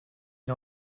une